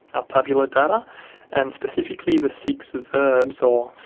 our tabular data and specifically the six verbs or